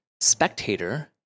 spectator